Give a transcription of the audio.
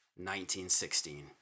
1916